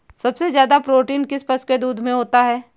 सबसे ज्यादा प्रोटीन किस पशु के दूध में होता है?